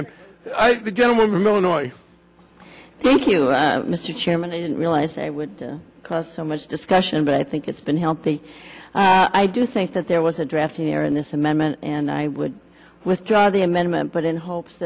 think the gentleman from illinois thank you mr chairman i didn't realize it would cause so much discussion but i think it's been healthy i do think that there was a draft here in this amendment and i would withdraw the amendment but in hopes